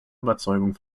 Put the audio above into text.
überzeugung